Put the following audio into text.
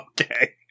okay